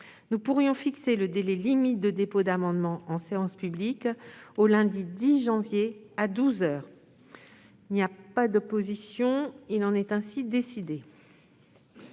Nous pourrions fixer le délai limite de dépôt d'amendements en séance publique au lundi 10 janvier, à douze heures. Il n'y a pas d'opposition ?... Il en est ainsi décidé.